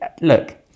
look